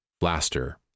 Blaster